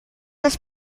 das